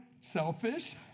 Selfish